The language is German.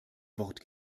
wort